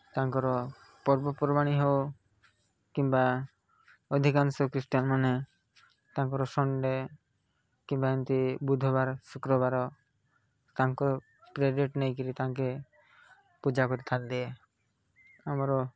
ତାଙ୍କର ପର୍ବପର୍ବାଣି ହେଉ କିମ୍ବା ଅଧିକାଂଶ ଖ୍ରୀଷ୍ଟୀୟାନ୍ମାନେ ତାଙ୍କର ସନ୍ଡେ କିମ୍ବା ଏମିତି ବୁଧବାର ଶୁକ୍ରବାର ତାଙ୍କ ନେଇକିରି ତାଙ୍କେ ପୂଜା କରିଥାନ୍ତି ଆମର